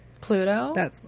Pluto